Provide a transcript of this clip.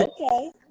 okay